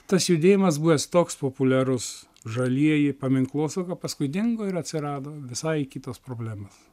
tas judėjimas buvęs toks populiarus žalieji paminklosauga paskui dingo ir atsirado visai kitos problemos